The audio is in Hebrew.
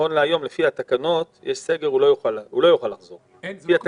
נכון להיום לפי התקנות אם יהיה סגר הוא לא יוכל לחזור לביתו.